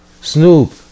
snoop